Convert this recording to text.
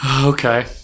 Okay